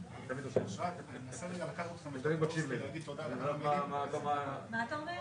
יחד על מנת לקיים דיון אפילו לא מהיר,